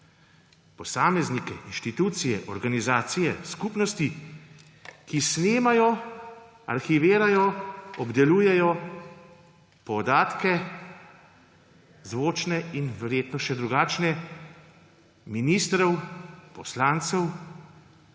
posameznike, institucije, organizacije, skupnosti, ki snemajo, arhivirajo, obdelujejo podatke, zvočne in verjetno še drugačne ministrov, poslancev.